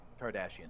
Kardashian